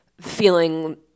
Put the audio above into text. feeling